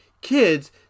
kids